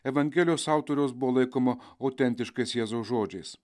evangelijos autoriaus buvo laikoma autentiškais jėzaus žodžiais